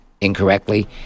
incorrectly